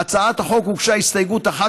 להצעת החוק הוגשה הסתייגות אחת,